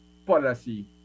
policy